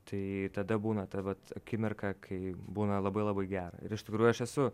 tai tada būna ta vat akimirką kai būna labai labai gera ir iš tikrųjų aš esu